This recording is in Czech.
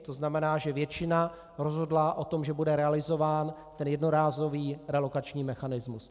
To znamená, že většina rozhodla o tom, že bude realizován jednorázový relokační mechanismus.